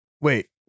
wait